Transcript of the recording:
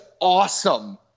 awesome